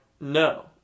no